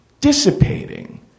dissipating